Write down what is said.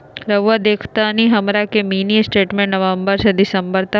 रहुआ देखतानी हमरा के मिनी स्टेटमेंट नवंबर से दिसंबर तक?